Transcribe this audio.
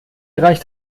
reicht